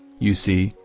you see,